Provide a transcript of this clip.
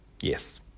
Yes